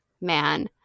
man